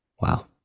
Wow